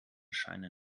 scheine